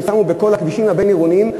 כמו ששמו בכל הכבישים הבין-עירוניים.